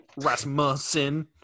Rasmussen